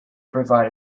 provide